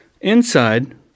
Inside